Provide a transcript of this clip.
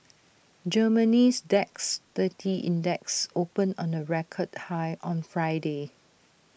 Germany's Dax thirty index opened on A record high on Friday